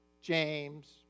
James